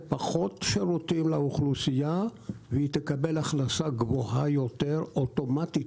פחות שירותים לאוכלוסייה ולקבל הכנסה גבוהה יותר אוטומטית,